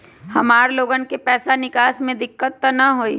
हमार लोगन के पैसा निकास में दिक्कत त न होई?